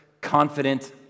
confident